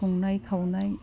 संनाय खावनाय